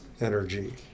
energy